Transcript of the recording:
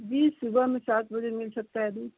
जी सुबह में सात बजे मिल सकता है दूध